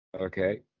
Okay